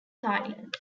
thailand